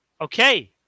Okay